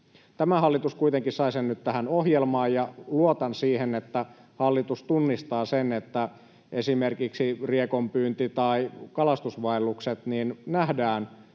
Tämä hallitus kuitenkin sai sen nyt tähän ohjelmaan, ja luotan siihen, että hallitus tunnistaa sen, että esimerkiksi riekonpyynti tai kalastusvaellukset nähdään